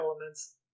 elements